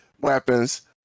weapons